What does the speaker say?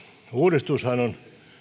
uudistushan on